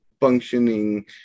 functioning